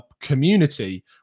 community